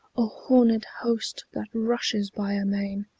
a horned host that rushes by amain,